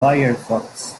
firefox